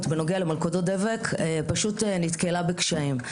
בנוגע למלכודות דבק פשוט נתקלה בקשיים.